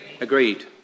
Agreed